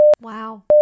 Wow